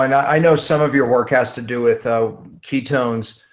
i know some of your work has to do with ah ketones.